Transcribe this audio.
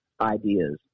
ideas